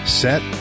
set